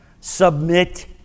Submit